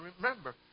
remember